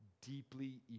deeply